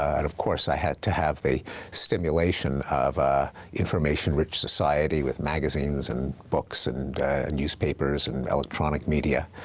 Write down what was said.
and of course, i had to have the stimulation of a information-rich society with magazines and books and and newspapers and electronic media.